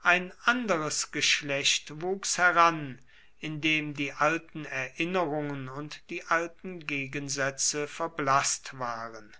ein anderes geschlecht wuchs heran in dem die alten erinnerungen und die alten gegensätze verblaßt waren